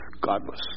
godless